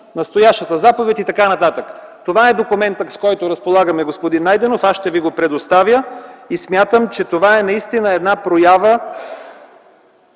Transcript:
Настоящата заповед ...” и т.н. Това е документът, с който разполагаме, господин Найденов. Аз ще Ви го предоставя. Смятам, че това е една проява